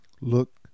look